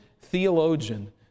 theologian